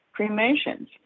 cremations